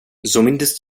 zumindest